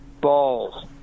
balls